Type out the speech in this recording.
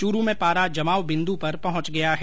चूरू में पारा जमावेबिन्दु पर पहुंच गया है